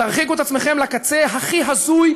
תרחיקו את עצמכם לקצה הכי הזוי,